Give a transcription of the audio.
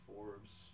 Forbes